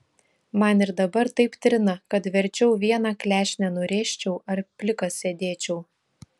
man ir dabar taip trina kad verčiau vieną klešnę nurėžčiau ar plikas sėdėčiau